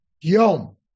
yom